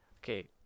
Okay